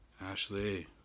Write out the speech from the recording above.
Ashley